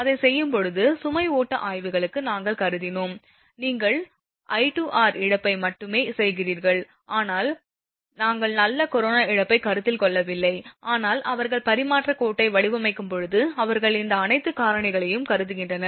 அதைச் செய்யும்போது சுமை ஓட்ட ஆய்வுகளுக்கு நாங்கள் கருதினோம் நீங்கள் I2r இழப்பை மட்டுமே செய்கிறீர்கள் ஆனால் நாங்கள் கொரோனா இழப்பை கருத்தில் கொள்ளவில்லை ஆனால் அவர்கள் பரிமாற்றக் கோட்டை வடிவமைக்கும்போது அவர்கள் இந்த அனைத்து காரணிகளையும் கருதுகின்றனர்